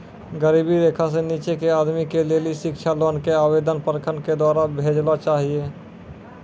गरीबी रेखा से नीचे के आदमी के लेली शिक्षा लोन के आवेदन प्रखंड के द्वारा भेजना चाहियौ?